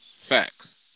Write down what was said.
Facts